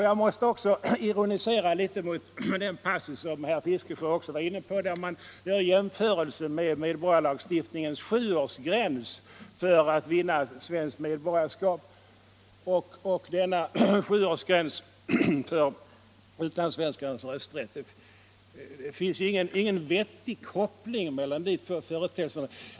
Jag måste också ironisera litet mot den passus som även herr Fiskesjö nämnde, nämligen där det i propositionen görs en jämförelse mellan medborgarlagstiftningens sjuårsgräns för att vinna svenskt medborgarskap och en sjuårsgräns för utlandssvenskarnas rösträtt. Det finns ingen vettig koppling mellan de två företeelserna.